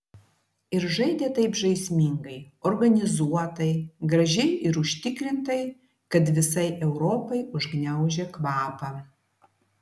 ir žaidė taip žaismingai organizuotai gražiai ir užtikrintai kad visai europai užgniaužė kvapą